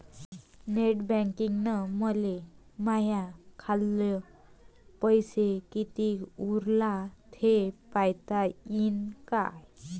Net बँकिंगनं मले माह्या खाल्ल पैसा कितीक उरला थे पायता यीन काय?